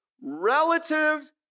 relative